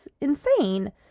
insane